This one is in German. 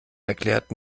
erklärt